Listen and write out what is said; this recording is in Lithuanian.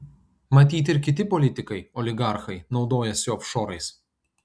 matyt ir kiti politikai oligarchai naudojasi ofšorais